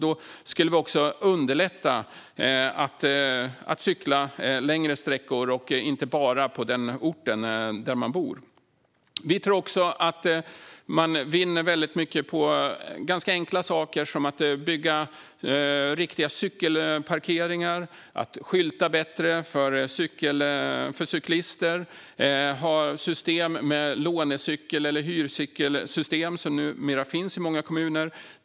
Då skulle vi också göra det lättare att cykla längre sträckor och inte bara på den ort där vi bor. Vi tror att man vinner väldigt mycket på ganska enkla saker som att bygga riktiga cykelparkeringar, att skylta bättre för cyklister och att ha system med lånecyklar eller hyrcyklar, som numera finns i många kommuner.